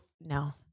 No